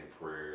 prayer